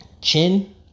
Chin